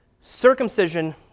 circumcision